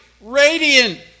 radiant